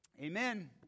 Amen